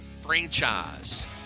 franchise